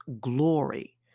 glory